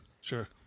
Sure